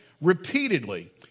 repeatedly